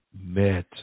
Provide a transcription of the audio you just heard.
met